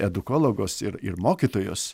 edukologus ir ir mokytojus